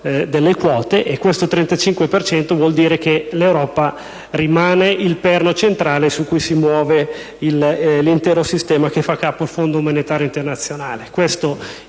cento vuol dire che essa rimane il perno centrale su cui si muove l'intero sistema che fa capo al Fondo monetario internazionale.